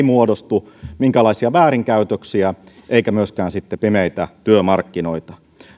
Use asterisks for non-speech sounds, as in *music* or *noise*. *unintelligible* muodostu minkäänlaisia väärinkäytöksiä eikä myöskään sitten pimeitä työmarkkinoita